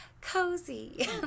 cozy